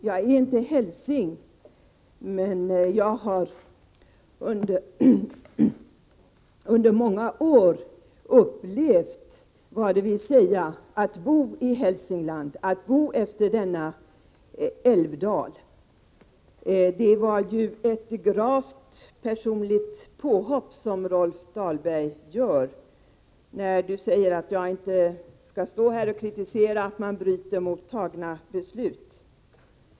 Jag är inte hälsing, men jag har under många år upplevt vad det vill säga att bo i Hälsingland, att bo utefter denna älvdal. Det var ju ett gravt personligt påhopp som Rolf Dahlberg gjorde, när han sade att jag inte skulle stå här och kritisera och hävda att man bryter mot fattade beslut.